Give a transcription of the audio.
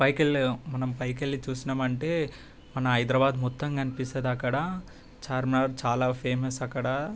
పైకెళ్ళి మనం పైకెళ్ళి చూసినమంటే మన హైదరాబాద్ మొత్తం కనిపిస్తుంది అక్కడ చార్మినార్ చాలా ఫేమస్ అక్కడ